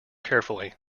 carefully